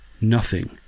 Nothing